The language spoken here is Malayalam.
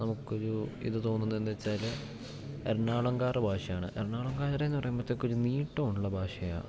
നമുക്കൊരു ഇത് തോന്നുന്നത് എന്ന് വെച്ചാൽ എറണാകുളംകാരുടെ ഭാഷയാണ് എറണാകുളംകാർ എന്ന് പറയുമ്പത്തേക്ക് ഒരു നീട്ടമുള്ള ഒരു ഭാഷയാണ്